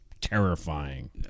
terrifying